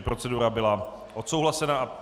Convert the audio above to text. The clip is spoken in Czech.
Procedura byla odsouhlasena.